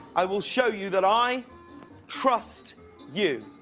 i will show you that i trust you.